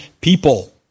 people